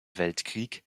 weltkrieg